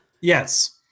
Yes